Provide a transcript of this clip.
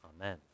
Amen